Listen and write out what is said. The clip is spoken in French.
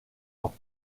ans